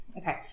Okay